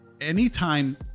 anytime